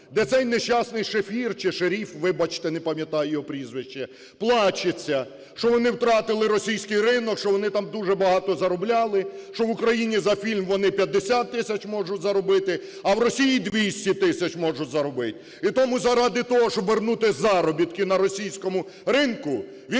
Де цей нещасний Шефір чи Шеріф, вибачте, не пам'ятаю його прізвище, плачеться, що вони втратили російський ринок, що вони там дуже багато заробляли, що в Україні за фільм вони 50 тисяч можуть заробити, а в Росії 200 тисяч можуть заробити. І тому заради того, щоб вернути заробітки на російському ринку, він каже,